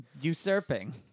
Usurping